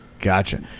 Gotcha